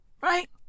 right